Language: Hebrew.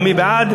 מי בעד?